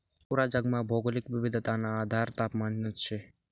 पूरा जगमा भौगोलिक विविधताना आधार तापमानच शे